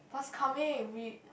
must coming we